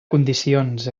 condicions